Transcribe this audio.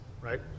right